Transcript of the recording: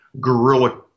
guerrilla